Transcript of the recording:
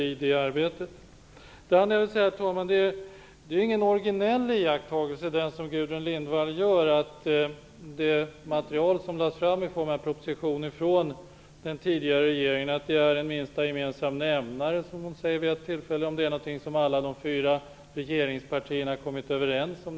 Den iakttagelse som Gudrun Lindvall gör är inte originell, dvs. att det material som lades fram i form av en proposition från den tidigare regeringen är, som Gudrun Lindvall vid ett tillfälle säger, den minsta gemensamma nämnaren av något som alla de fyra regeringspartierna kom överens om.